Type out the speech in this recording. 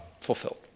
fulfilled